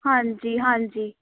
ਹਾਂਜੀ ਹਾਂਜੀ